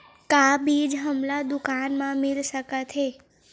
का बीज हमला दुकान म मिल सकत हे?